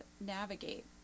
navigate